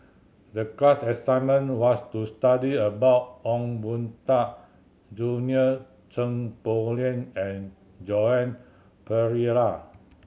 the class assignment was to study about Ong Boon Tat Junie Sng Poh Leng and Joan Pereira